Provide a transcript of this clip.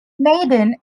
maidan